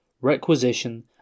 Requisition